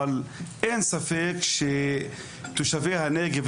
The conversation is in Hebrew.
אבל אין ספק שתושבי הנגב,